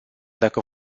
dacă